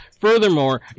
Furthermore